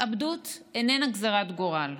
התאבדות איננה גזרת גורל,